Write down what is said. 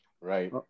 Right